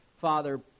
Father